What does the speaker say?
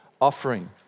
offering